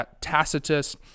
Tacitus